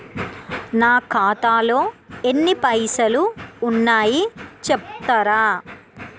నా ఖాతాలో ఎన్ని పైసలు ఉన్నాయి చెప్తరా?